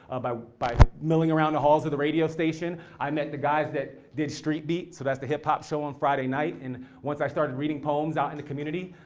ah by by milling around the halls of the radio station, i met the guys that did street beats, so that's the hip hop song so and friday night. and once i started reading poems out in the community,